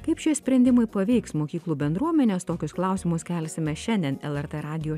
kaip šie sprendimai paveiks mokyklų bendruomenes tokius klausimus kelsime šiandien lrt radijo